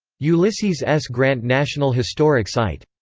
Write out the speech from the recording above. ulysses s. grant national historic site.